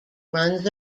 runs